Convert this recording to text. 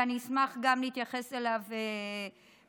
ואני אשמח גם להתייחס אליו בהתאם.